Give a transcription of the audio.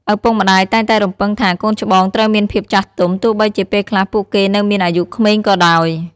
ឪពុកម្ដាយតែងតែរំពឹងថា កូនច្បងត្រូវមានភាពចាស់ទុំ ទោះបីជាពេលខ្លះពួកគេនៅមានអាយុក្មេងក៏ដោយ។